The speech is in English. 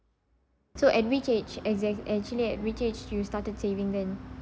so at which age exact actually at which age you started saving then